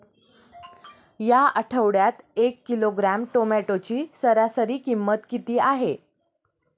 या आठवड्यात एक किलोग्रॅम टोमॅटोची सरासरी किंमत किती आहे?